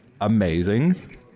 amazing